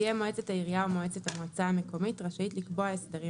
תהיה מועצת העירייה או מועצת המועצה המקומית רשאית לקבוע הסדרים